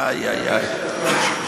איי, איי, איי.